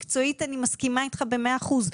מקצועית אני מסכימה איתך במאה אחוז,